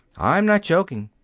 i'm not joking.